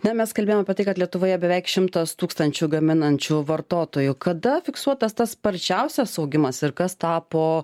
na mes kalbėjom apie tai kad lietuvoje beveik šimtas tūkstančių gaminančių vartotojų kada fiksuotas tas sparčiausias augimas ir kas tapo